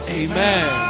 amen